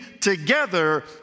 together